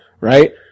Right